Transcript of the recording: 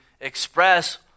express